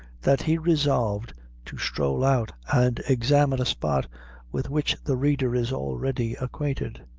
that he resolved to stroll out and examine a spot with which the reader is already acquainted.